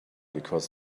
because